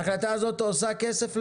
ההחלטה הזאת עושה כסף למישהו.